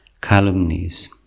calumnies